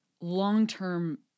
long-term